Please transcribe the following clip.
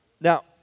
Now